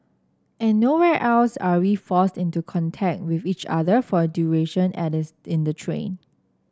and nowhere else are we forced into contact with each other for a duration as in the train